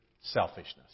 selfishness